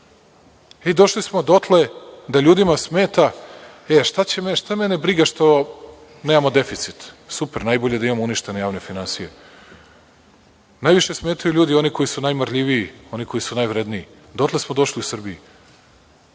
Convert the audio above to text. došli smo dotle da ljudima smeta - šta mene briga što nemamo deficit, super, najbolje da imamo uništene javne finansije. Najviše smetaju ljudi oni koji su najmarljiviji, koji su najvredniji. Dotle smo došli u Srbiji.